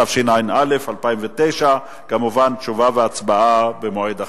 התש"ע 2009. כמובן, תשובה והצבעה במועד אחר.